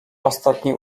ostatnie